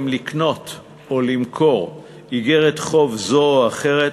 לקנות או למכור איגרת חוב זו או אחרת,